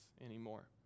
anymore